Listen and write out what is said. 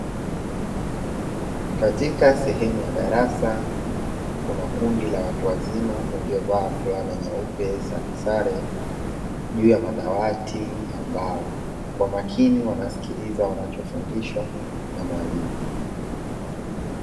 Katika sehemu ya darasa kuna kundi la watu wazima waliovaa fulana nyeupe saresare, juu ya madawati ya mbao, kwa makini wanasikiliza wanachofundishwa na mwalimu.